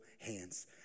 hands